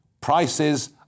prices